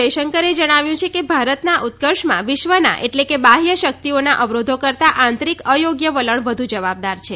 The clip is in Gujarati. જયશંકરે જણાવ્યું છે કે ભારતના ઉત્કર્ષમાં વિશ્વના એટલે કે બાહ્ય શક્તિઓના અવરોધો કરતાં આંતરિક અયોગ્ય વલણ વધુ જવાબદાર છે